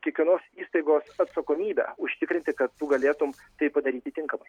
kiekvienos įstaigos atsakomybė užtikrinti kad tu galėtum tai padaryti tinkamai